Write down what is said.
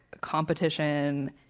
competition